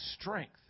strength